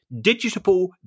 digital